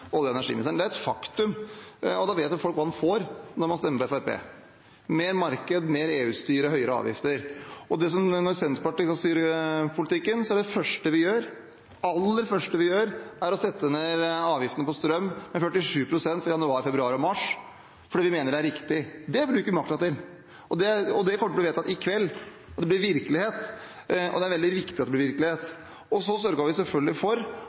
olje- og energiministeren. Det er et faktum, og da vet folk hva de får når en stemmer på Fremskrittspartiet: mer marked, mer EU-styre og høyere avgifter. Når Senterpartiet nå styrer politikken, er det aller første vi gjør, å sette ned avgiftene på strøm med 47 pst. for januar, februar og mars fordi vi mener at det er riktig. Det bruker vi makta til, og det kommer til å bli vedtatt i kveld. Det blir virkelighet, og det er veldig viktig at det blir virkelighet. Og vi sørget selvfølgelig for